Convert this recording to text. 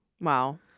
Wow